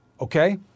okay